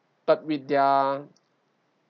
but with their